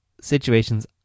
situations